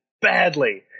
badly